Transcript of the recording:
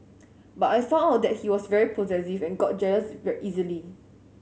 but I found out that he was very possessive and got jealous easily